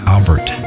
Albert